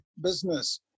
business